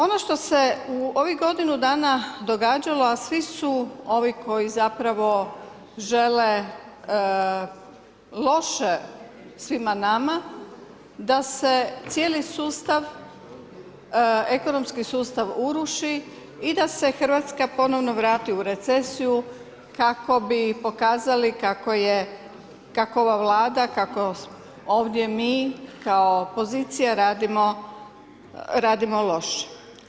Ono što se u ovih godinu dana događalo, a svi su ovi koji zapravo žele loše svima nama, da se cijeli sustav, ekonomski sustav uruši i da se Hrvatska ponovno vrati u recesiju kako bi pokazali kako ova Vlada, kako ovdje mi kao opozicija radimo loše.